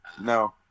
No